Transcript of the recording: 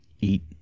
eat